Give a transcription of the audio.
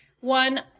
one